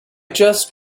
just